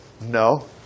No